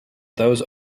those